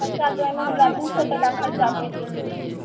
खर्चा जाहिमे हमरा दू सए टका खर्चा पैड़ गेलै हइ